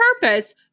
purpose